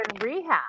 rehab